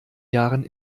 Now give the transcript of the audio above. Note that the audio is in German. jahren